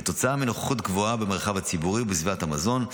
כתוצאה של נוכחות גבוהה במרחב הציבורי ובסביבת המזון,